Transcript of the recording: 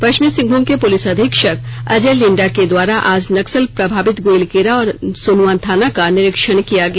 पश्चिमी सिंहभूम के पुलिस अधीक्षक अजय लिंडा के द्वारा आज नक्सल प्रभावित गोइलकेरा और सोनुवा थाना का निरीक्षण किया गया